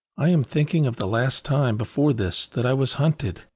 i am thinking of the last time before this that i was hunted.